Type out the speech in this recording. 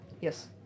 Yes